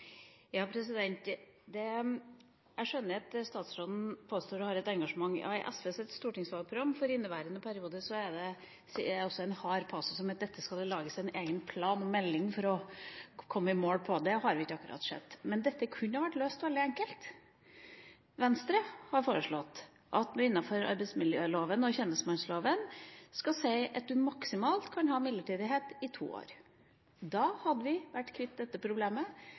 Jeg skjønner at statsråden har et engasjement. I SVs stortingsvalgprogram for inneværende periode er det også en hard passus der det heter at dette skal det lages en egen plan/melding for å komme i mål med. Det har vi ikke akkurat sett, men dette kunne ha vært løst veldig enkelt. Venstre har foreslått at man i arbeidsmiljøloven og tjenestemannsloven skal si at man maksimalt kan ha midlertidighet i to år. Da hadde vi vært kvitt dette problemet,